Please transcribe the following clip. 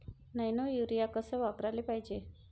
Nano urea कस वापराले पायजे?